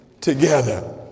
together